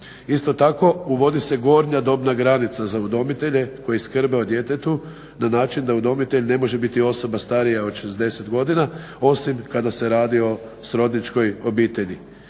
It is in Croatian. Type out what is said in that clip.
Isto tako uvodi se gornja dobna granica za udomitelje koji skrbe o djetetu na način da udomitelj ne može biti osoba starija od 60 godina osim kada se radi o srodničkoj obitelji.